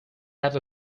have